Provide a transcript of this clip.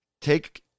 take